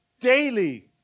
daily